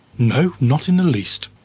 no, not in the least.